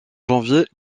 janvier